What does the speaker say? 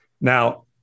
Now